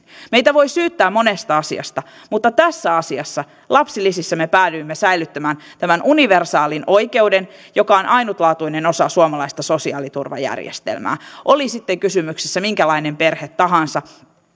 meitä voi syyttää monesta asiasta mutta tässä asiassa lapsilisissä me päädyimme säilyttämään tämän universaalin oikeuden joka on ainutlaatuinen osa suomalaista sosiaaliturvajärjestelmää oli sitten kysymyksessä minkälainen perhe tahansa